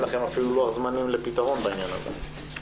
לכם אפילו לוח זמנים לפתרון בעניין הזה.